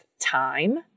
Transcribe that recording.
time